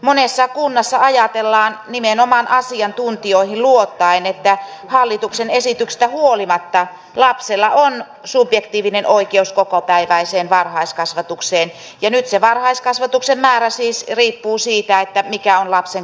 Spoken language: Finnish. monessa kunnassa ajatellaan nimenomaan asiantuntijoihin luottaen että hallituksen esityksestä huolimatta lapsella on subjektiivinen oikeus kokopäiväiseen varhaiskasvatukseen ja nyt se varhaiskasvatuksen määrä siis riippuu siitä mikä on lapsen kotikunta